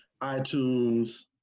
iTunes